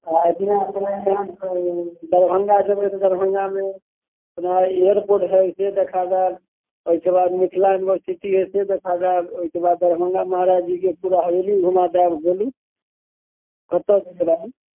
एहिठिना कन्यादान करे गेल छी दरभङ्गा जेबै तऽ दरभङ्गा मे अपना एअरपोर्ट है से देखा देब ओहिके बाद मिथला यून्भरसिटी है से देखा देब ओहिके बाद दरभङ्गा महराज जीके पूरा हबेली घुमा देब बोलू कतऽ घुमा दी